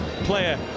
player